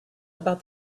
about